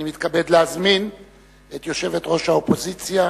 אני מתכבד להזמין את יושבת-ראש האופוזיציה